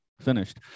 finished